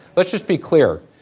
let's just be clear.